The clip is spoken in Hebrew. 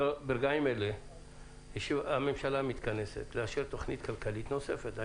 ברגעים אלה הממשלה מתכנסת לאשר תוכנית כלכלית נוספת.